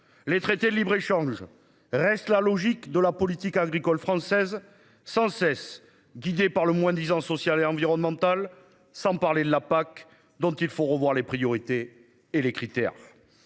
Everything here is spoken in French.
les traités de libre-échange reste la logique de la politique agricole française sans cesse guidé par le moins-disant social et environnemental, sans parler de la PAC. Donc il faut revoir les priorités et les critères.